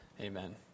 Amen